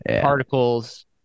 Particles